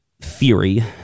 theory